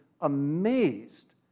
amazed